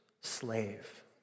slave